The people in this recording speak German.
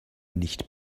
nicht